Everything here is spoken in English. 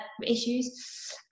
issues